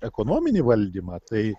ekonominį valdymą tai